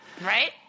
right